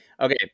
Okay